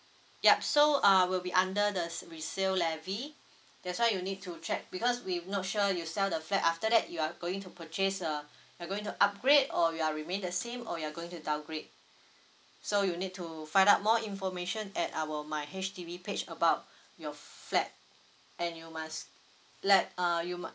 yup so uh will be under the s~ resale levy that's why you need to check because we not sure you sell the flat after that you are going to purchase uh you're going to upgrade or you are remain the same or you're going to downgrade so you need to find out more information at our my H_D_B page about your flat and you must let uh you mu~